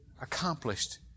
accomplished